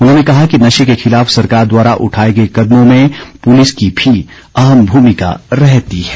उन्होंने कहा कि नशे के खिलाफ सरकार द्वारा उठाए गए कदमों में पुलिस की भी अहम भूमिका रहती है